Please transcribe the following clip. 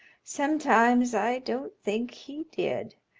sometimes i don't think he did.